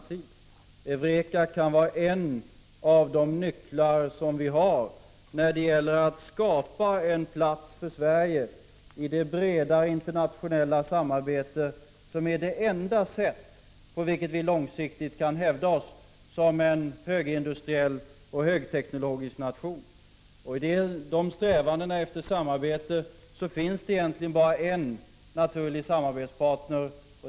16 december 1985 EUREKA kan vara en av de nycklar som vi har när det gäller att skapa en plats för Sverige i det breda internationella samarbete som vi måste delta i för att långsiktigt kunna hävda oss som en högindustriell och högteknologisk nation. I ett sådant samarbete finns det egentligen bara en naturlig samarbetspartner.